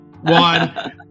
One